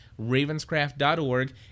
ravenscraft.org